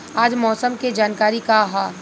आज मौसम के जानकारी का ह?